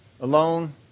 alone